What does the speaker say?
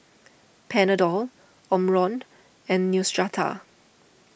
Panadol Omron and Neostrata